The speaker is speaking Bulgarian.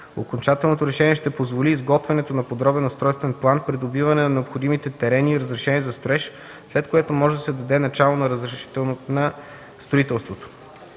Окончателното решение ще позволи изготвянето на подробен устройствен план, придобиване на необходимите терени и разрешение за строеж, след което може да се даде начало на строителството.